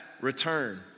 return